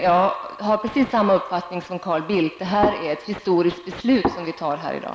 Jag har precis samma uppfattning som Carl Bildt: Det är ett historiskt beslut som vi fattar i dag.